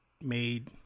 made